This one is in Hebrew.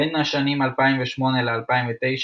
בין השנים 2008 ל-2009,